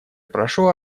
прошу